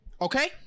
Okay